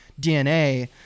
DNA